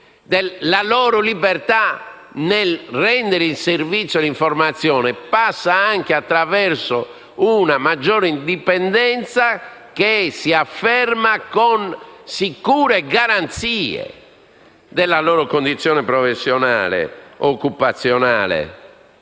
la loro libertà nel rendere il servizio di informazione passa anche attraverso una maggiore indipendenza, che si afferma con sicure garanzie della loro condizione professionale, occupazionale